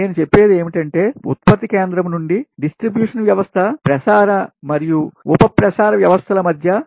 నేను చెప్పేది ఏమిటంటే ఉత్పత్తి కేంద్రము నుండి డిస్ట్రిబ్యూషన్ వ్యవస్థ ప్రసార మరియు ఉప ప్రసార వ్యవస్థల మధ్య